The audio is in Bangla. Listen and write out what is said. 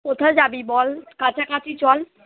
কোথায় যাবি বল কাছাকাছি চল